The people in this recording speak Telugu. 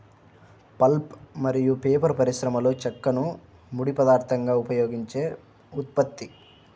పల్ప్ మరియు పేపర్ పరిశ్రమలోచెక్కను ముడి పదార్థంగా ఉపయోగించే ఉత్పత్తి